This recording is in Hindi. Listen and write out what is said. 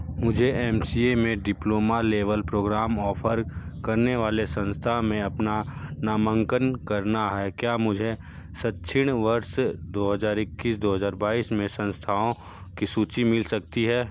मुझे एम सी ए में डिप्लोमा लेवल प्रोग्राम ऑफर करने वाले संस्था में अपना नामांकन करना है क्या मुझे शिक्षण वर्ष दो हज़ार इक्कीस दो हज़ार बाईस में संस्थाओं की सूची मिल सकती है